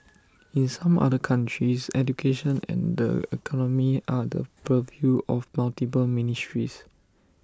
in some other countries education and the economy are the purview of multiple ministries